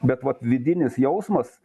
bet vat vidinis jausmas